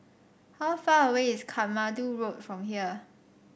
how far away is Katmandu Road from here